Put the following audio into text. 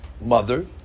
mother